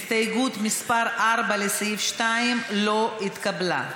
הסתייגות מס' 4, לסעיף 2, לא התקבלה.